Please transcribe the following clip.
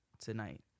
tonight